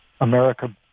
America